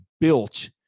built